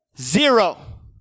Zero